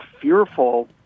fearful